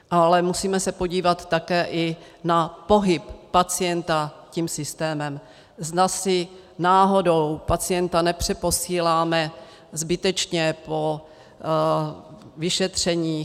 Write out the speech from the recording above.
Ale musíme se podívat také na pohyb pacienta tím systémem, zda si náhodou pacienta nepřeposíláme zbytečně po vyšetřeních.